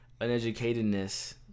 uneducatedness